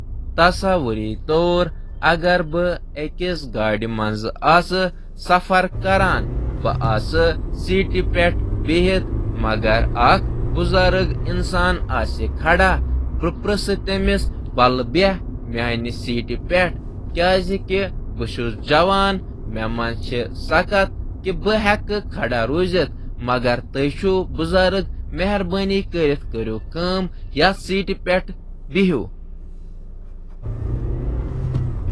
تصور کٔرِو زِ اگر بہٕ بسہِ منٛز سفر کران تہٕ بہٕ چھُس بسہِ منٛز بِہِتھ، مےٚ وُچھ اکھ بُزرگ نفر یُس سُہ بسہِ منٛز کھڑا چھُ۔ مےٚ ووٚن تٔمِس سیٹَس پٮ۪ٹھ بِہِتھ تِکیٛازِ تُہۍ چھِو اکھ بُزرگ نفر۔